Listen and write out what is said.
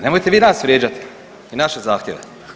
Nemojte vi nas vrijeđati i naše zahtjeve.